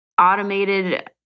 automated